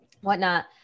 whatnot